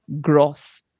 gross